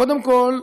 קודם כול,